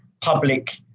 public